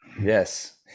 Yes